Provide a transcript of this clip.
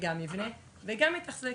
שגם יבנה וגם יתחזק,